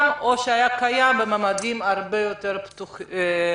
או שהיה קיים בממדים הרבה יותר קטנים.